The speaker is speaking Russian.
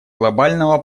глобального